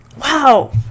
Wow